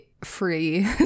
free